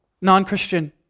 Non-Christian